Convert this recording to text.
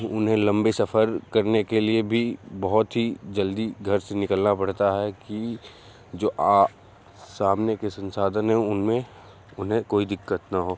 उन्हें लंबे सफ़र करने के लिए भी बहुत ही जल्दी घर से निकलना पड़ता है कि जो आ सामने के संसाधन है उनमें उन्हें कोई दिक़्क़त न हो